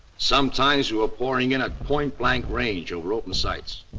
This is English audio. sometimes we were pouring in at point blank range over open sights.